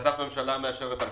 והחלטת הממשלה מאשרת רק